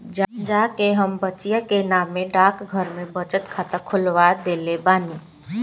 जा के हम बचिया के नामे डाकघर में बचत खाता खोलवा देले बानी